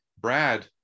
brad